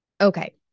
Okay